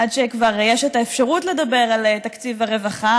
עד שכבר יש כבר אפשרות לדבר על תקציב הרווחה,